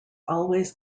always